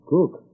Cook